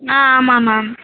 ஆ ஆமா மேம்